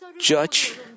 judge